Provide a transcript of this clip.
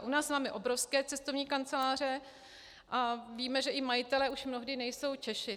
U nás máme obrovské cestovní kanceláře a víme, že majitelé už mnohdy nejsou Češi.